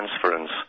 transference